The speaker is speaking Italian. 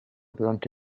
durante